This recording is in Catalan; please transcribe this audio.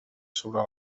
sobre